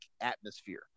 atmosphere